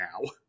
now